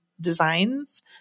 designs